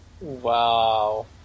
Wow